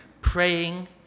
praying